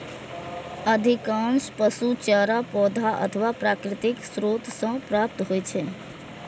अधिकांश पशु चारा पौधा अथवा प्राकृतिक स्रोत सं प्राप्त होइ छै